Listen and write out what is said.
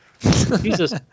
Jesus